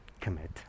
commit